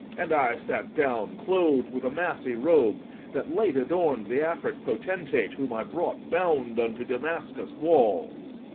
and i sat down, cloth'd with a massy robe that late adorn'd the afric potentate, whom i brought bound unto damascus' walls.